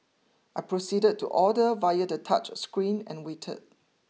I proceeded to order via the touchscreen and waited